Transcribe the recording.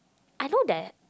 I know that